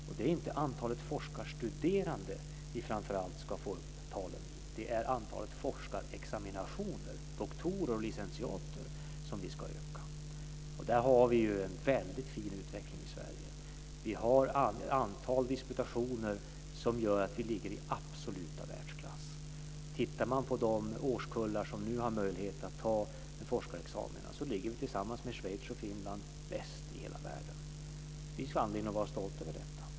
Och det är inte antalet forskarstuderande som vi framför allt ska öka, utan det är antalet forskarexaminationer, doktorer och licentiater, som vi ska öka. Och där har vi ju en väldigt fin utveckling i Sverige. Vi har ett antal disputationer som gör att vi ligger i absolut världsklass. Om man tittar på de årskullar som nu har möjlighet att ta en forskarexamen så ligger vi tillsammans med Schweiz och Finland bäst i hela världen. Det finns anledning att vara stolt över detta.